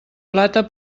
plata